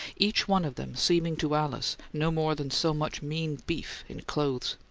each one of them seeming to alice no more than so much mean beef in clothes.